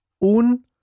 un